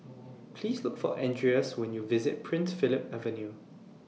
Please Look For Andreas when YOU visit Prince Philip Avenue